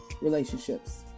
relationships